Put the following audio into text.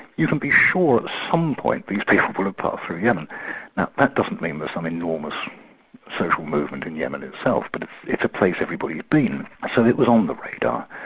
you can be sure at some point these people will have passed through yemen. now that doesn't mean there's some enormous social movement in yemen itself, but it's a place everybody had been, so it was on the radar.